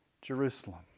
Jerusalem